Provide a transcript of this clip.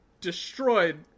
destroyed